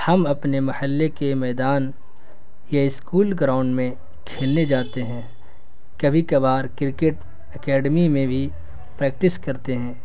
ہم اپنے محلے کے میدان یا اسکول گراؤنڈ میں کھیلنے جاتے ہیں کبھی کبھار کرکٹ اکیڈمی میں بھی پریکٹس کرتے ہیں